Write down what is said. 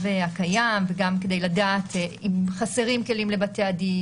הקיים וגם כדי לדעת אם חסרים כלים לבתי הדין,